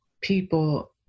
people